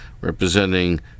representing